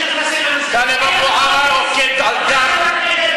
טלב אבו עראר רוקד על דם.